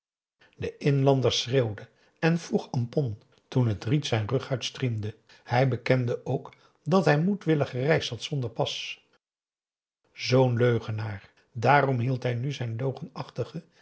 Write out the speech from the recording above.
de inlander schreeuwde en vroeg ampon toen het riet zijn rughuid striemde hij bekende ook dat hij moedwillig gereisd had zonder pas zoo'n leugenaar dààrom hield hij nu zijn